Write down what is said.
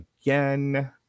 again